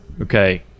okay